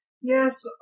Yes